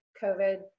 COVID